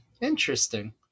Interesting